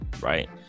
right